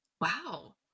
Wow